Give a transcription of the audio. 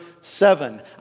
seven